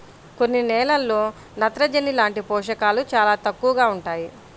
కొన్ని నేలల్లో నత్రజని లాంటి పోషకాలు చాలా తక్కువగా ఉంటాయి